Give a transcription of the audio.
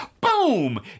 boom